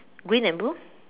green and blue